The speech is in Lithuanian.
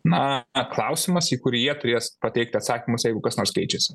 na klausimas į kurį jie turės pateikti atsakymus jeigu kas nors keičiasi